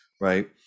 right